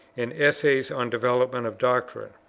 and essay on development of doctrine.